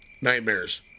nightmares